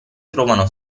trovano